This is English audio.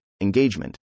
Engagement